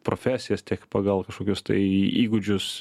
profesijas tiek pagal kažkokius tai įgūdžius